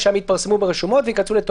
עכשיו יש משא ומתן, יש פגישות בין